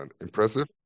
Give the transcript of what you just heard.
impressive